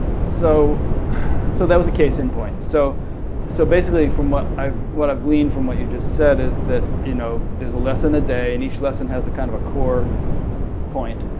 so so that was a case-in-point. so so basically what i've what i've gleaned from what you just said is that you know there's a lesson a day, and each lesson has a kind of a core point,